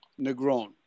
Negron